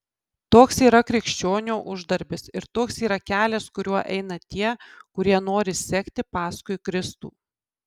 toks yra krikščionio uždarbis ir toks yra kelias kuriuo eina tie kurie nori sekti paskui kristų